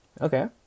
Okay